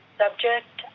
subject